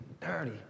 dirty